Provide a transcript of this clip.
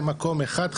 במקום אחד,